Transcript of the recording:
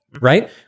right